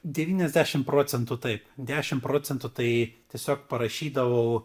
devyniasdešimt procentų taip dešimt procentų tai tiesiog parašydavau